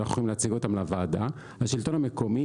ואנחנו יכולים להציג אותם לוועדה נכנס,